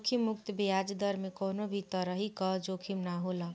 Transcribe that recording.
जोखिम मुक्त बियाज दर में कवनो भी तरही कअ जोखिम ना होला